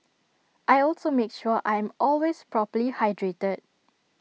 I also make sure I am always properly hydrated